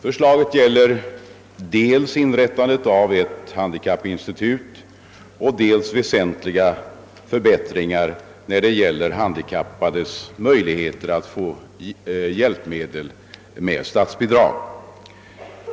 Förslaget gäller dels inrättandet av ett handikappinstitut, dels väsentliga förbättringar i fråga om de handikappades möjligheter att få hjälpmedel med statsbidrag.